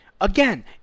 Again